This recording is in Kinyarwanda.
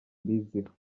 mbiziho